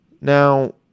Now